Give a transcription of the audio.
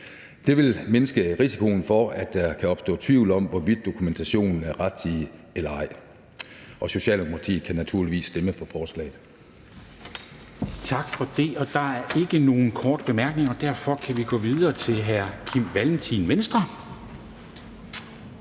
Det vil mindske risikoen for, at der kan opstå tvivl om, hvorvidt dokumentationen er rettidig eller ej. Socialdemokratiet kan naturligvis stemme for forslaget.